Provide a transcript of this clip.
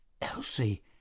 Elsie